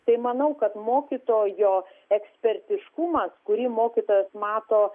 tai manau kad mokytojo ekspertiškumas kurį mokytojas mato